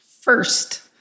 First